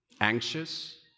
anxious